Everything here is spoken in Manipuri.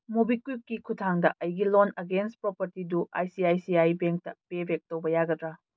ꯃꯣꯕꯤꯀ꯭ꯋꯤꯛꯀꯤ ꯈꯨꯊꯥꯡꯗ ꯑꯩꯒꯤ ꯂꯣꯟ ꯑꯒꯦꯟꯁ ꯄ꯭ꯔꯣꯄꯔꯇꯤꯗꯨ I C I C I ꯕꯦꯡꯇ ꯄꯦꯕꯦꯛ ꯇꯧꯕ ꯌꯥꯒꯗ꯭ꯔꯥ